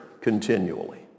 continually